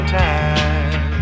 time